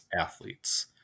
athletes